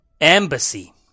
Embassy